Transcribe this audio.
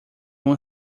uma